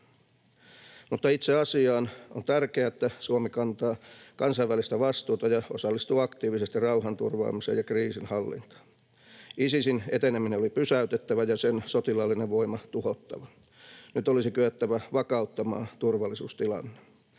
Mutta itse asiaan: On tärkeää, että Suomi kantaa kansainvälistä vastuuta ja osallistuu aktiivisesti rauhanturvaamiseen ja kriisinhallintaan. Isisin eteneminen oli pysäytettävä ja sen sotilaallinen voima tuhottava. Nyt olisi kyettävä vakauttamaan turvallisuustilanne.